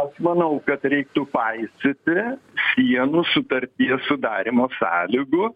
aš manau kad reiktų paisyti sienų sutarties sudarymo sąlygų